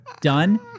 done